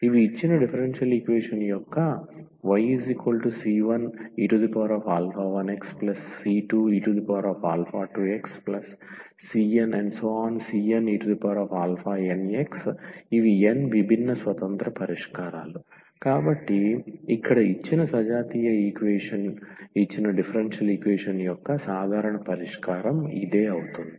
ఇవి ఇచ్చిన differential equation యొక్క yc1e1xc2e2xcnenx ఇవి n విభిన్న స్వతంత్ర పరిష్కారాలు కాబట్టి ఇక్కడ ఇచ్చిన సజాతీయ ఈక్వేషన్ ఇచ్చిన డిఫరెన్షియల్ ఈక్వేషన్ యొక్క సాధారణ పరిష్కారం ఇదే అవుతుంది